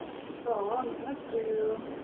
so i'm gonna do